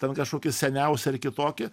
ten kažkokį seniausią ar kitokį